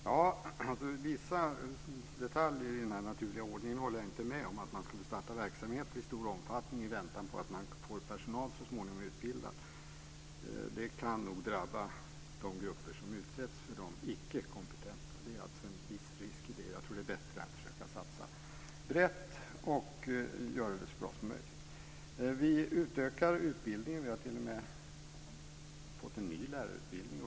Fru talman! Vissa detaljer i den här naturliga ordningen håller jag inte med om, t.ex. att man skulle starta verksamheter i stor omfattning i väntan på att så småningom få utbildad personal. Det kan nog drabba de grupper som utsätts för de icke kompetenta. Det är alltså en viss risk i det. Jag tror att det är bättre att försöka satsa brett och göra det så bra som möjligt. Vi utökar utbildningen. Vi har t.o.m. fått en ny lärarutbildning.